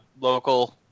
local